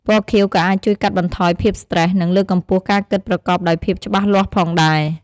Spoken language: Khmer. ពណ៌ខៀវក៏អាចជួយកាត់បន្ថយភាពស្ត្រេស និងលើកកម្ពស់ការគិតប្រកបដោយភាពច្បាស់លាស់ផងដែរ។